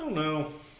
no